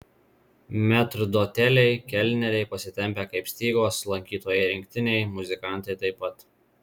metrdoteliai kelneriai pasitempę kaip stygos lankytojai rinktiniai muzikantai taip pat